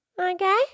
Okay